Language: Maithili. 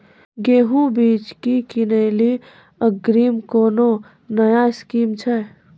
गेहूँ बीज की किनैली अग्रिम कोनो नया स्कीम छ?